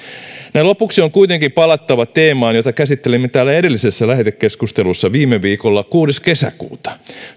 näin lopuksi on kuitenkin palattava teemaan jota käsittelimme täällä edellisessä lähetekeskustelussa viime viikolla kuudes kesäkuuta